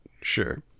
sure